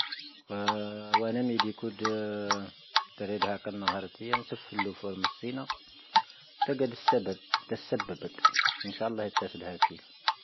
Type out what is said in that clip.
ʻⵡā ⵏⴰⵎⵉ ⴷⵉ ⴽⵓⴷ ʻⵜⴰⵔⵉⴷ ⵀⴰⵇⴰⵏ ⵏā ʻⴰⵔⴰⵜⵉ ʻⴰⵏ ʻⵙⵉⴼⵍⵓ ʻⴼⵓ ʻⴰⵍ-ⵎⴰⵜⵙⵉⵏⴰ. ʻⵜⴰⴳⴰⴷ ʻⵙⴰⴱⴰⴱⴰⴷ ʻⵜⴰⵙⴱⴰⴱⴰⴷ ʻⵉⵏⵙⵀā'ⴰⵍⵍⵉ ⵀʻⵜⴰⵙⴰⴷ ʻⴰⵔⴰⵜⵉ ʻⴰⵏ.